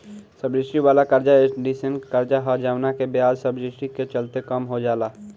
subsidy वाला कर्जा एयीसन कर्जा ह जवना के ब्याज सब्सिडी के चलते कम हो जाला